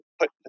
put